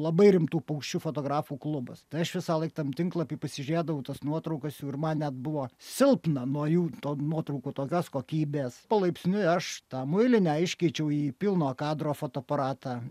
labai rimtų paukščių fotografų klubas tai aš visąlaik tam tinklapy pasižiūrėdavau tas nuotraukas jų ir man net buvo silpna nuo jų to nuotraukų tokios kokybės palaipsniui aš tą muilinę iškeičiau į pilno kadro fotoaparatą